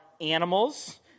animals